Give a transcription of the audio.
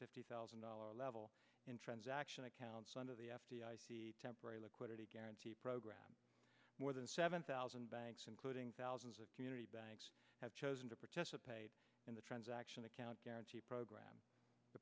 fifty thousand dollars level in transaction accounts under the temporary liquidity guarantee program more than seven thousand banks including thousands of community banks have chosen to participate in the transaction account guarantee program the